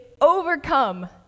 overcome